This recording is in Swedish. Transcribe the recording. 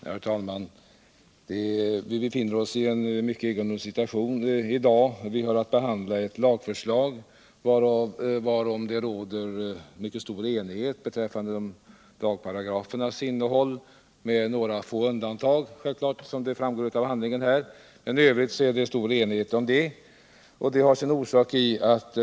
Herr talman! Vi befinner oss i dag i en mycket egendomlig situation. Vi har att behandla ett lagförslag, om vilket det - med några få undantag som framgår av betänkandet — råder mycket stor enighet beträffande lagparagrafernas innehåll.